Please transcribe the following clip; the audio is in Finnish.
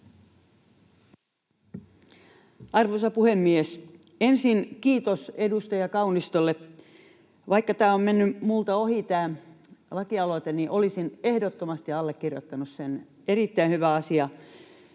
Arvoisa puhemies! Ensin kiitos edustaja Kaunistolle. Tämä lakialoite on mennyt minulta ohi. Olisin ehdottomasti allekirjoittanut sen — erittäin hyvä asia.